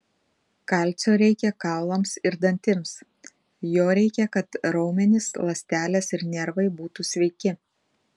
kalcio reikia kaulams ir dantims jo reikia kad raumenys ląstelės ir nervai būtų sveiki